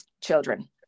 children